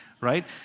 right